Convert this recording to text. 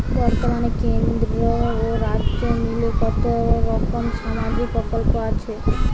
বতর্মানে কেন্দ্র ও রাজ্য মিলিয়ে কতরকম সামাজিক প্রকল্প আছে?